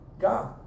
God